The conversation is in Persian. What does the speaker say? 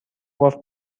گفت